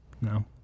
No